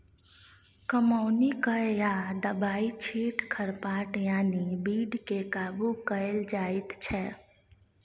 कमौनी कए या दबाइ छीट खरपात यानी बीड केँ काबु कएल जाइत छै